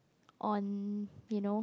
on you know